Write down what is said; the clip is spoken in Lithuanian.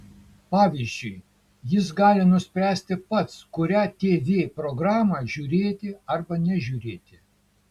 pavyzdžiui jis gali nuspręsti pats kurią tv programą žiūrėti arba nežiūrėti